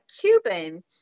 Cuban